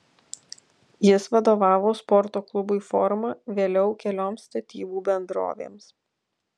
jis vadovavo sporto klubui forma vėliau kelioms statybų bendrovėms